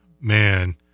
man